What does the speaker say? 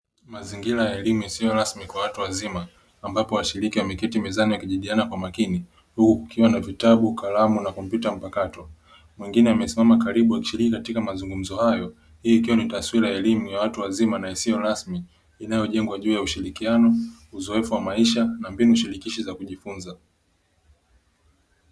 Mazingira ya elimu isiyo rasmi kwa watu wazima ambapo washiriki wameketi mezani wakijadiliana kwa makini huku kukiwa na vitabu, kalamu na kompyuta mpakato wengine wamesimama karibu wakishiriki katika mazungumzo hayo, hii ikiwa ni taswira ya elimu ya watu wazima na isiyo rasmi inayojengwa juu ya ushirikiano, uzoefu wa maisha na mbinu shirikishi za kujifunza.